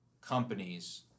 companies